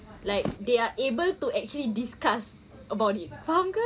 like they are able to actually discuss about it faham ke